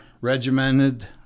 regimented